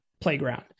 playground